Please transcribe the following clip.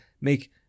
make